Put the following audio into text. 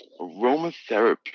Aromatherapy